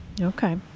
Okay